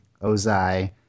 Ozai